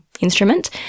instrument